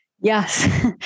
Yes